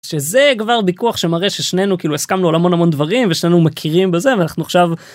שזה כבר ויכוח שמראה ששנינו כאילו הסכמנו על המון המון דברים ושנינו מכירים בזה ואנחנו עכשיו.